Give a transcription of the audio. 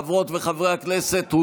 חברות וחברי הכנסת,